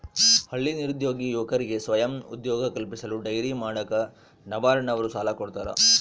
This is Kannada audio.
ಹಳ್ಳಿ ನಿರುದ್ಯೋಗಿ ಯುವಕರಿಗೆ ಸ್ವಯಂ ಉದ್ಯೋಗ ಕಲ್ಪಿಸಲು ಡೈರಿ ಮಾಡಾಕ ನಬಾರ್ಡ ನವರು ಸಾಲ ಕೊಡ್ತಾರ